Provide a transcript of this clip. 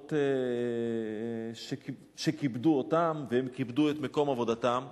בעבודות שכיבדו אותם והם כיבדו את מקום עבודתם,